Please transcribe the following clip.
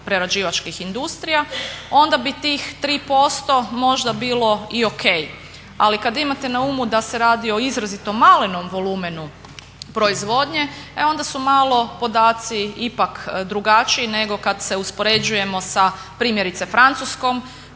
prerađivačkih industrija onda bi tih 3% možda bilo i ok, ali kad imate na umu da se radi o izrazito malenom volumenu proizvodnje e onda su malo podaci ipak drugačiji nego kad se uspoređujemo sa primjerice Francuskom